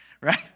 right